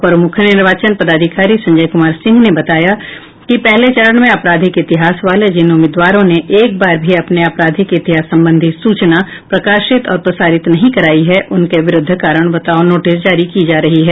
अपर मुख्य निर्वाचन पदाधिकारी संजय कुमार सिंह ने बताया कि पहले चरण में आपराधिक इतिहास वाले जिन उम्मीदवारों ने एक बार भी अपने आपराधिक इतिहास संबंधी सूचना प्रकाशित और प्रसारित नहीं करायी है उनके विरूद्ध कारण बताओ नोटिस जारी की जा रही है